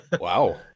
Wow